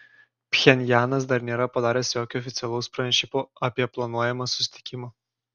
pchenjanas dar nėra padaręs jokio oficialaus pranešimo apie planuojamą susitikimą